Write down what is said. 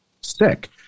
sick